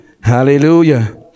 hallelujah